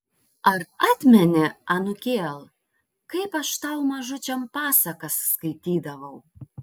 ar atmeni anūkėl kaip aš tau mažučiam pasakas skaitydavau